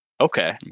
Okay